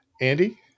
Andy